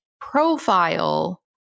profile